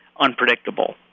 unpredictable